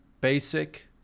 basic